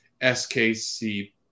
SKC